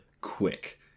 quick